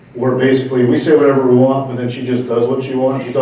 where basically we say whatever we want but then she just does what she wants.